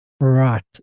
Right